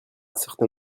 certain